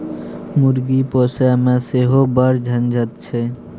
मुर्गी पोसयमे सेहो बड़ झंझट छै